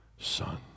son